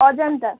Ajanta